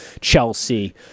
chelsea